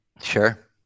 Sure